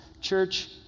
Church